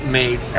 made